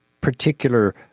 particular